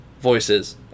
voices